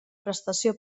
prestació